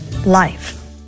life